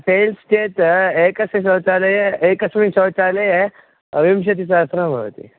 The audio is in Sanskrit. टेल्स् चेत् एकस्य शौचालये एकस्मिन् शौचालये विंशतिसहस्रं भवति